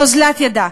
באוזלת ידה,